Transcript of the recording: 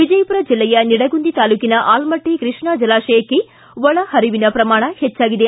ವಿಜಯಪುರ ಜಿಲ್ಲೆಯ ನಿಡಗುಂದಿ ತಾಲೂಕಿನ ಆಲಮಟ್ಟ ಕೃಷ್ಣಾ ಜಲಾಶಯಕ್ಕೆ ಒಳ ಹರಿವಿನ ಪ್ರಮಾಣ ಹೆಚ್ಚಾಗಿದೆ